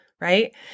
right